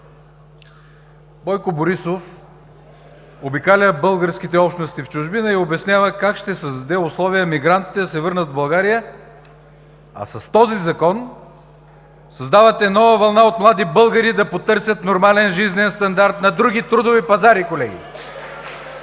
Бойко Борисов обикаля българските общности в чужбина и обяснява как ще създаде условия мигрантите да се върнат в България, а с този закон създавате нова вълна от млади българи да потърсят нормален жизнен стандарт на други трудови пазари, колеги. (Ръкопляскания